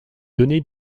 données